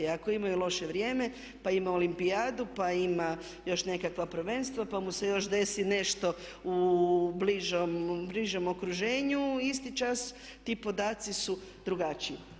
Ako imaju loše vrijeme, pa ima olimpijadu, pa ima još nekakva prvenstva, pa mu se još desi nešto u bližem okruženju isti čas ti podaci su drugačiji.